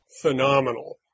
phenomenal